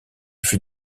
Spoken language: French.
fut